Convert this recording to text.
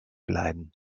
bleiben